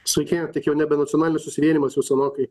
sveiki tik jau nebe nacionalinis susivienijimas jau senokai